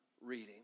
reading